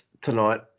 tonight